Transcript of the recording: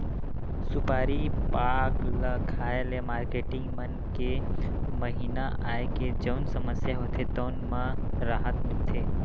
सुपारी पाक ल खाए ले मारकेटिंग मन के महिना आए के जउन समस्या होथे तउन म राहत मिलथे